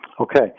Okay